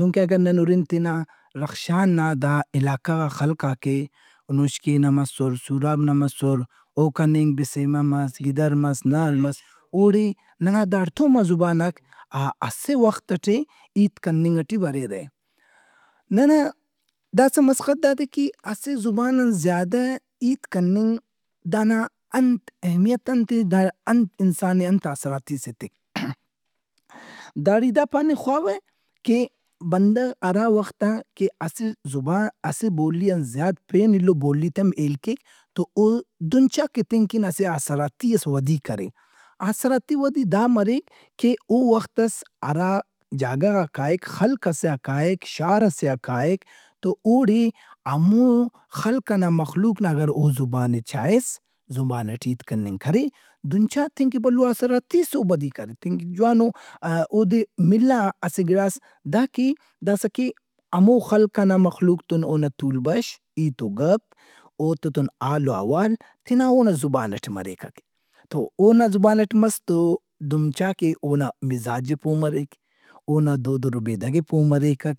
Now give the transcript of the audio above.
دہنکہ اگر نن ہُرن تینا رخشان نا دا علاقہ غا خلقاک ئےنوشکی نا مسُّر، سُوراب نا مسُّر، اوکان اینگ بسیمہ مس، گِدرمس، نال مس اوڑے نن دا اڑتوما زباناک اسہ وخت ئٹے ہیت کننگٹی بریرہ۔ ننا داسا مسخت داد اے کہ اسہ زبان ان زیادہ ہیت کننگ دانا انت اہمیت انت اے دا انت انسان ئے انت آسراتِیس ایتک۔ داڑے ای داپاننگ خواوہ کہ اسہ زبا- اسہ بولی ان زیات پین ایلو بولیت ئے ہم ہیل کیک تو دہن چا او تین کہ اسہ آسراتِی ئس ودی کرے۔ آسراتی ودی دا مریک کہ او وختس ہرا جاگہ غا کائک، خلق ئسے آ کائک، شار ئسے آ کائک تو اوڑے ہموخلق ئنا مخلوق نا اگر او زبان ئے چائس، زبان ئٹے ہیت کننگ کرے دہن چا تین تین کہ بھلو آسراتِیس او ودی کرے۔ تین کہ جوانو اودے ملّا اسہ گِڑاس داکہ داسا کہ ہمو خلق ئنا مخلوق تو اونا تول بش، ہیت و گپ، اوتے تون حال وحوال تینا اونا زبان ئٹے مریکک۔ تو اونا زبان ئٹے مس تو دہن چا کہ اونا مزاج ئے پو مریک۔ اونا دود وربیدگ ئے پو مریکک۔